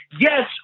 yes